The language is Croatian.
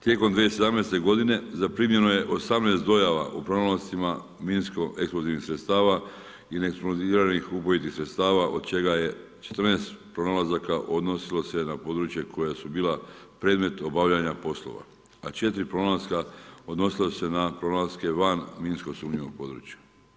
Tijekom 2017. godine zaprimljeno je 18 dojava o pronalascima minsko eksplozivnih sredstava i neeksplodiranih ubojitih sredstava od čega je 14 pronalazaka odnosilo se na područja koja su bila predmet obavljanja poslova, a 4 pronalaska odnosila su se na pronalaske van minsko sumnjivog područja.